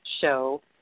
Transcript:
show